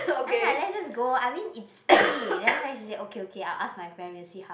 !huh! lah let's just go I mean it's free then after that she say okay okay I will ask my friend and see how